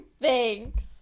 Thanks